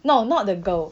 no not the girl